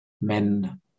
men